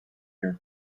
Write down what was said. here